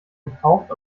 gekauft